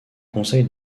conseil